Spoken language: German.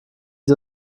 sie